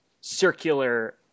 circular